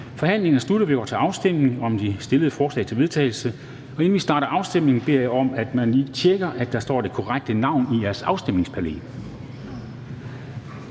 Forhandlingen er sluttet, og vi går til afstemning om de fremsatte forslag til vedtagelse. Inden vi starter afstemningen, beder jeg om, at I lige tjekker, at der står det korrekte navn i jeres afstemningspanel.